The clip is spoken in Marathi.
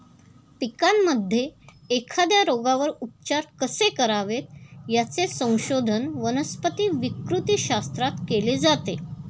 पिकांमध्ये एखाद्या रोगावर उपचार कसे करावेत, याचे संशोधन वनस्पती विकृतीशास्त्रात केले जाते